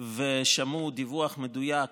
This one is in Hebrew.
ושמעו דיווח מדויק